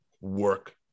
work